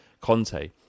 Conte